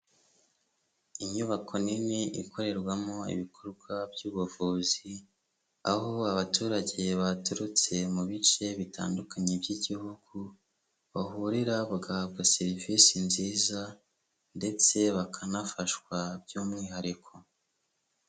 Inyubako nini ikorerwamo ibikorwa by'ubuvuzi, aho abaturage baturutse mu bice bitandukanye by'igihugu, bahurira bagahabwa serivisi nziza ndetse bakanafashwa by'umwihariko.